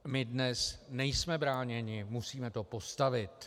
My dnes nejsme bráněni, musíme to postavit.